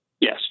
Yes